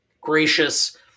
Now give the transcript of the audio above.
gracious